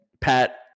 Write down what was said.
pat